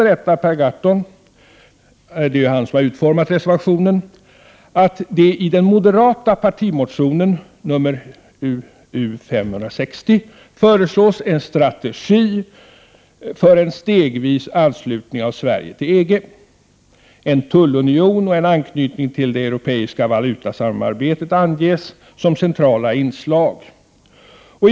Först säger Per Gahrton — det är han som har utformat reservationen: ”I motion U560 föreslås en strategi för en stegvis anslutning av Sverige till EG. En tullunion och en anknytning till det europeiska valutasamarbetet anges som centrala inslag i denna anslutning.